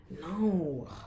No